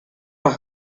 las